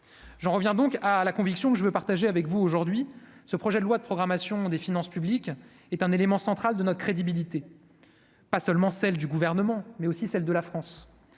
j'en reviens donc à la conviction que je veux partager avec vous aujourd'hui ce projet de loi de programmation des finances publiques est un élément central de notre crédibilité, pas seulement celle du gouvernement mais aussi celle de la France,